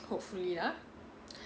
hopefully ah